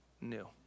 new